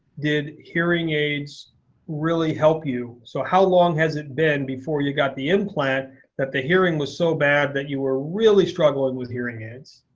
did hearing aids really help you? so how long has it been before you got the implant that the hearing was so bad that you were really struggling with hearing aids?